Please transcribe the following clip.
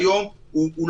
זה סעיף 9, זה משהו אחר.